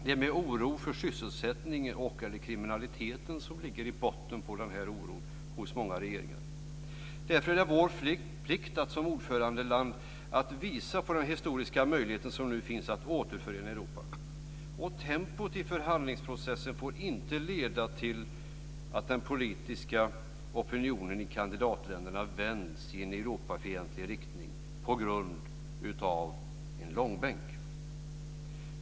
Det är med oro för sysselsättning och ökad kriminalitet som ligger i botten på den här oron hos många regeringar. Därför är det vår plikt att som ordförandeland visa på den historiska möjlighet som nu finns att återförena Europa. Tempot i förhandlingsprocessen får inte leda till att den politiska opinionen i kandidatländerna vänds i en Europafientlig riktning på grund av en långbänk.